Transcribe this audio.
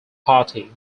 party